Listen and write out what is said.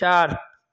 चारि